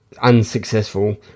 unsuccessful